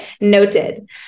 Noted